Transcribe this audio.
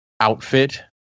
outfit